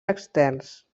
externs